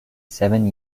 seven